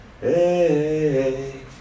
hey